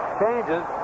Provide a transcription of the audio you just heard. changes